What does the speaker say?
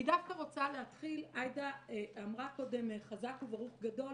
אני דווקא רוצה להתחיל עאידה אמרה קודם חזק וברוך גדול